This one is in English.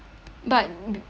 but